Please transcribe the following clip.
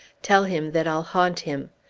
tell him that i'll haunt him!